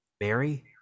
Mary